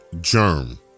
germ